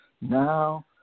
Now